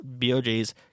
BOJ's